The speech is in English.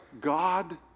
God